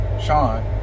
Sean